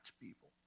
people